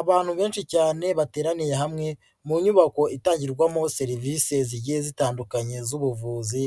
Abantu benshi cyane bateraniye hamwe, mu nyubako itangirwamo serivisi zigiye zitandukanye z'ubuvuzi,